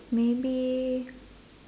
maybe